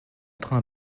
train